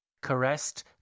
caressed